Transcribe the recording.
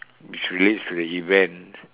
which relates to the event